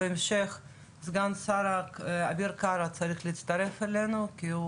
בהמשך סגן השר אביר קארה צריך להצטרף אלינו כי הוא